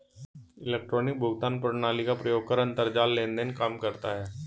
electronic भुगतान प्रणाली का प्रयोग कर अंतरजाल लेन देन काम करता है